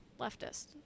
leftist